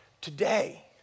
today